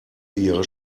ihre